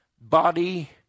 Body